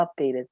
updated